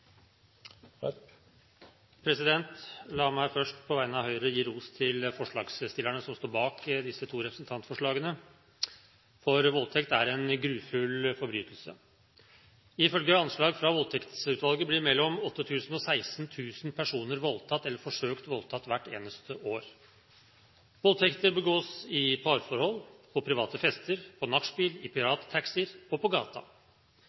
til. La meg først, på vegne av Høyre, gi ros til forslagsstillerne som står bak disse to representantforslagene, for voldtekt er en grufull forbrytelse. Ifølge anslag fra Voldtektsutvalget blir mellom 8 000 og 16 000 personer voldtatt eller forsøkt voldtatt hvert eneste år. Voldtekter begås i parforhold, på private fester, på nachspiel, i pirattaxier og på